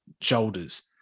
shoulders